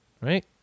right